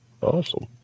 Awesome